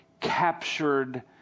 captured